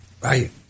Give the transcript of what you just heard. right